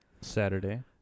Saturday